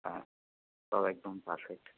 হাঁ সব একদম পারফেক্ট